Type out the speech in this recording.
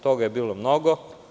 Toga je bilo mnogo.